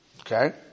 Okay